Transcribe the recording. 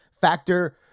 Factor